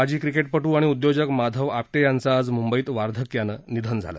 माजी क्रिकेटपटू आणि उद्योजक माधव आपटे यांचं आज मुंबईत वार्धक्यानं निधन झालं